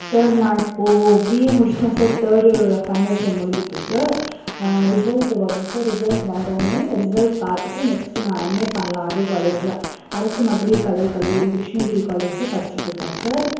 sir நான் இப்போது BA முடிச்சுட்டேன் sir third year final sem முடிஞ்சுட்ருச்சு சார் ரிசல்ட்டு வரும் சார் ரிசல்ட்டு வந்தோன்னே ரிசல்ட் பார்த்துட்டு நெக்ஸ்டு நான் எம்ஏ பண்ணலாம் அதே காலேஜில் அரசு மகளிர் கலை கல்லூரி கிருஷ்ணகிரி காலேஜில் படிச்சிட்டுருக்கன் சார்